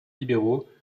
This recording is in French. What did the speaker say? libéraux